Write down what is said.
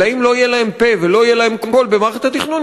אם לא יהיה להם פה ולא יהיה להם קול במערכת התכנון,